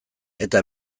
eta